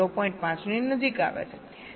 5 ની નજીક આવે છે